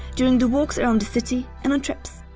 during the walks around the city and on trips.